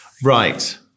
Right